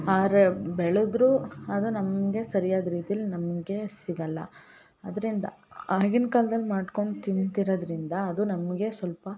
ಆದ್ರೆ ಬೆಳೆದರೂ ಅದು ನಮಗೆ ಸರಿಯಾದ ರೀತಿಲಿ ನಮಗೆ ಸಿಗಲ್ಲ ಆದ್ರಿಂದ ಆಗಿನ ಕಾಲ್ದಲ್ಲಿ ಮಾಡ್ಕೊಂಡು ತಿಂತಿರೋದರಿಂದ ಅದು ನಮಗೆ ಸ್ವಲ್ಪ